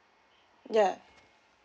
yeah